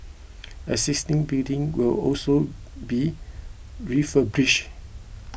existing building will also be refurbished